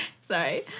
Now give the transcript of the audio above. Sorry